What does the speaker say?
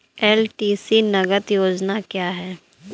LTC नगद योजना क्या है?